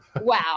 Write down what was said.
wow